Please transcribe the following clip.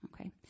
okay